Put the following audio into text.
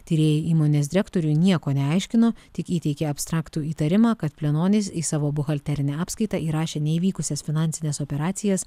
tyrėjai įmonės direktoriui nieko neaiškino tik įteikė abstraktų įtarimą kad plenonis į savo buhalterinę apskaitą įrašė neįvykusias finansines operacijas